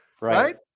Right